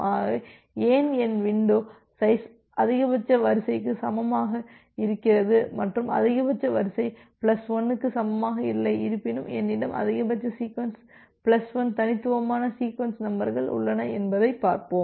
ஆகவே ஏன் என் வின்டோ சைஸ் அதிகபட்ச வரிசைக்கு சமமாக இருக்கிறது மற்றும் அதிகபட்ச வரிசை பிளஸ் 1க்கு சமமாக இல்லை இருப்பினும் என்னிடம் அதிகபட்ச சீக்வென்ஸ் பிளஸ் 1 தனித்துவமான சீக்வென்ஸ் நம்பர்கள் உள்ளன என்பதை பார்ப்போம்